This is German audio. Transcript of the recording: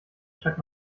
chuck